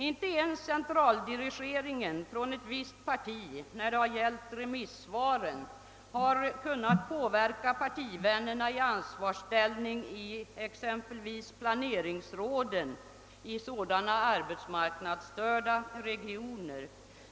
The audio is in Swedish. Inte ens centraldirigeringen från ett visst parti när det gällt remissvaren har kunnat påverka partivännerna i ansvarsställning i exempelvis planeringsråden i arbetsmarknadsstörda regioner.